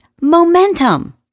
momentum